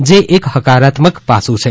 જે એક હકારાત્મક પાસું છે